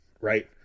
right